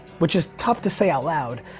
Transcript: which is tough to say out loud,